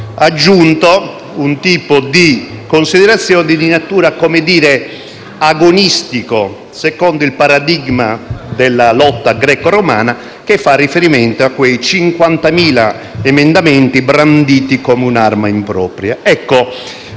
aggiunto un tipo di considerazione di natura agonistica, secondo il paradigma della lotta greco‑romana, che fa riferimento a quei 50.000 emendamenti, branditi come un arma impropria. Ebbene,